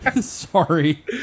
Sorry